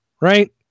right